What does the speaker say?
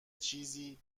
چیزی